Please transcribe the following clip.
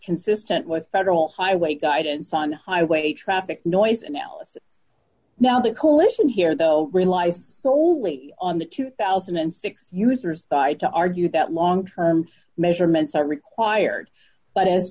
consistent with federal highway guidance on highway traffic noise analysis now the coalition here though relies only on the two thousand and six user's guide to argue that long term measurements are required but i